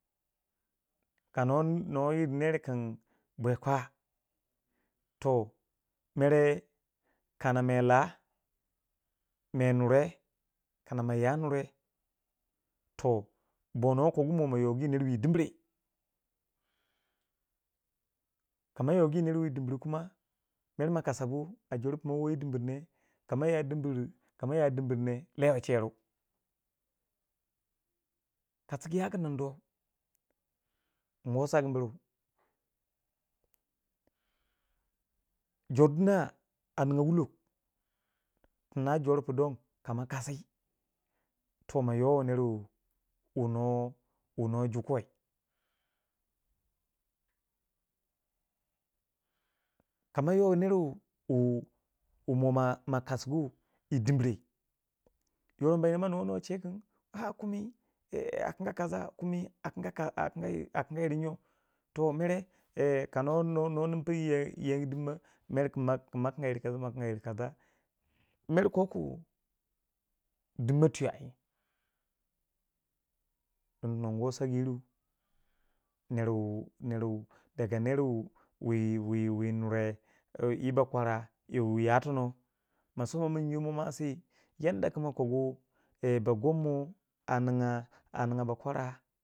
ka nuwa nuwa yir ner kin bwe kwa toh mere kana me lah, me nure, kana me ya nure, toh bonor kogu mo yogi ner wiyi dimre, kama yogi ner wu yi dimre kuma mer ma kasagu a jor pu ma wo yi dimri ne mer kama ya dimiri kama ya dimiri ka ma ya dimri ne lewu che ru. ka chiki ya ku nindu nwo sagu buru jor dina a ninga wulog tina jor pu don kama kasi toh ma yowi ner wu wu nor wu nor jukuwai kama yo ner wu wu wu mo ma ma kasugu yi dimre yo mer mo nuwo che kin a kumi a kinga kaza kumi a kinga a kinga yir a kinga yir nyo toh mere ka nwo nwo nwo nin piri yi yangi dinme mer kun ma kinga yir mer ma kinga yir kaza, mer ko ku dimma twiyuo ai din nwo sagu yiru neruwu neruwu daga ner wu yi wu yi nuwa nure yi ba kwara yi wu yatono, ma so min yo mwasi yan da ku ma kogu ba gonmo a ninga a ninga ba kwara.